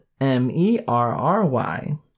M-E-R-R-Y